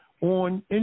on